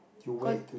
cause